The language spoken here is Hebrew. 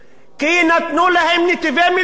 כי נתנו להם נתיבי מילוט.